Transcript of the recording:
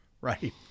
Right